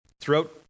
Throughout